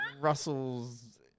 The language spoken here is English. Russell's